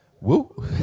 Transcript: Woo